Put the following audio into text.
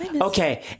Okay